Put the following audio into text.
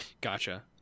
Gotcha